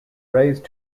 raised